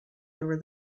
over